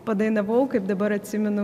padainavau kaip dabar atsimenu